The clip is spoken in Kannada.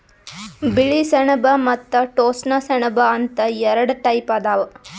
ಬಿಳಿ ಸೆಣಬ ಮತ್ತ್ ಟೋಸ್ಸ ಸೆಣಬ ಅಂತ್ ಎರಡ ಟೈಪ್ ಅದಾವ್